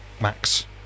Max